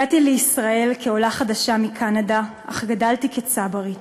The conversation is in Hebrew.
הגעתי לישראל כעולה חדשה מקנדה אך גדלתי כצברית.